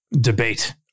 debate